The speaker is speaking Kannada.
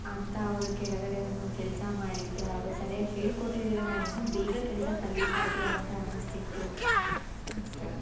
ಅಂಥವರ ಕೆಳಗಡೆ ನಾನು ಕೆಲಸ ಮಾಡಿದ್ದೆ ಅವರು ಸರಿಯಾಗಿ ಹೇಳ್ಕೊಟ್ಟಿದ್ದಿದ್ರೆ ನಾನು ಇನ್ನೂ ಬೇಗ ಕೆಲಸ ಕಲೀತಿದ್ದೆ ಅಂತ ಅನಿಸ್ತಿತ್ತು ಅಷ್ಟೆ